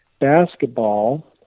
basketball